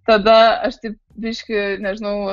tada aš taip biški nežinau